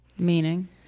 meaning